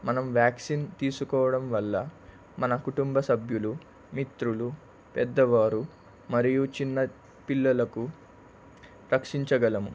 మనం వ్యాక్సిన్ తీసుకోవడం వల్ల మన కుటుంబ సభ్యులు మిత్రులు పెద్దవారు మరియు చిన్న పిల్లలకు రక్షించగలము